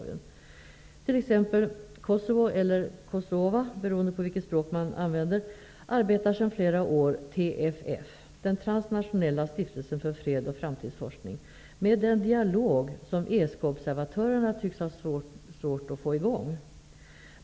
I t.ex. Kosovo, eller Kosova, beroende på vilket språk man använder, arbetar sedan flera år TFF, Transnationella stiftelsen för fred och framtidsforskning, med den dialog som ESK observatörerna tycks ha svårt att få i gång.